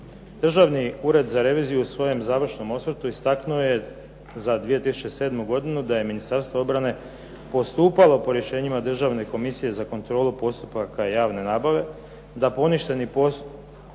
Državni ured za reviziju u svojem završnom osvrtu istaknuo je za 2007. godinu da je Ministarstvo obrane postupalo po rješenjima državne komisije za kontrolu postupaka javne nabave, da poništeni postupci